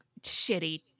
shitty